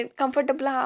comfortable